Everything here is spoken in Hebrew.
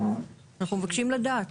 אנחנו מבקשים לדעת.